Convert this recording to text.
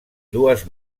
dues